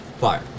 fire